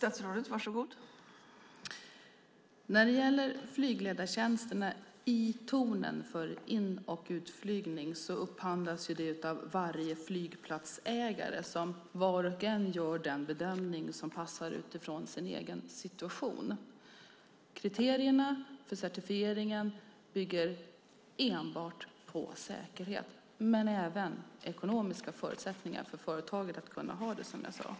Fru talman! Flygledartjänsterna i tornen för in och utflygning upphandlas av varje flygplatsägare som var och en gör en bedömning utifrån sin egen situation. Kriterierna för certifieringen bygger på säkerhet men även på ekonomiska förutsättningar för företaget att kunna ha det, som jag sade.